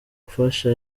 gufasha